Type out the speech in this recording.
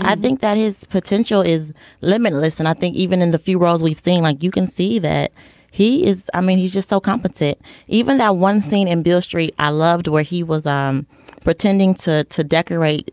i think that his potential is limitless and i think even in the few roles we've seen like you can see that he is i mean he's just so competent even that one scene and beale street i loved where he was um pretending to to decorate